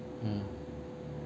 mm